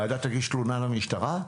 בדוח.